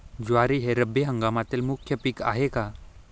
ज्वारी हे रब्बी हंगामातील मुख्य पीक आहे का?